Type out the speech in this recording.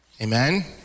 Amen